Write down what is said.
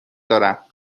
دارم